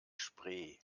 spree